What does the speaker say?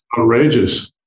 outrageous